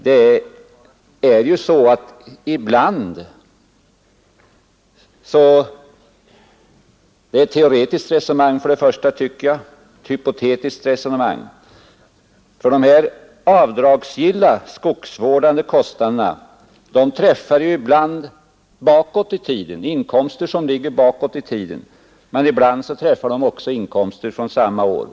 Det här är ett teoretiskt eller hypotetiskt resonemang, eftersom de avdragsgilla skogsvårdande kostnaderna ibland avser inkomster som ligger bakåt i tiden men ibland avser inkomster från samma år.